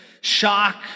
shock